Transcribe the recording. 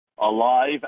alive